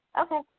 Okay